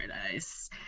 paradise